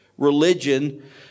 religion